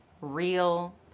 real